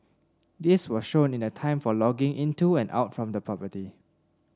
this was shown in the time for logging into and out from the property